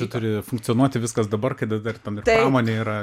čia turi funkcionuoti viskas dabar kada dar ten ir pramonė yra